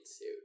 suit